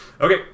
Okay